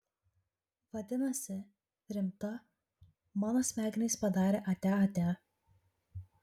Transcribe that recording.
vadinasi rimta mano smegenys padarė atia atia